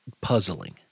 puzzling